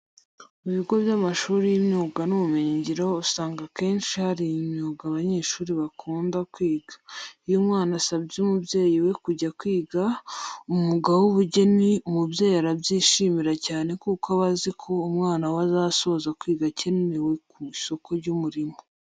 Mu bigo by'amashuri y'imyuga n'ubumenyingiro usanga akenshi hari imyuga abanyeshuri bakunda kwiga. Iyo umwana asabye umubyeyi we kujya kwiga umwuga w'ubugeni, umubyeyi arabyishimira cyane kuko aba azi ko umwana we azasoza kwiga akenewe ku isoko ry'umurimo.